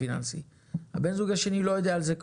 הפיננסי ובן הזוג השני לא יודע על זה כלום.